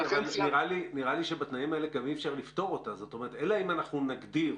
נראה לי שבתנאים האלה גם אי אפשר לפתור אותה אלא אם אנחנו נגדיר